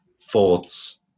thoughts